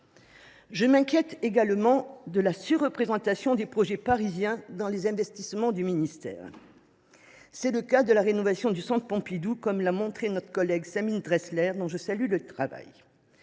Je m’inquiète également de la surreprésentation des projets parisiens dans les investissements du ministère. C’est le cas de la rénovation du centre Pompidou, comme l’a souligné notre collègue rapporteur Sabine Drexler, dont je salue le travail.